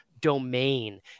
domain